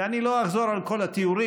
ואני לא אחזור על כל התיאורים,